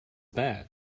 that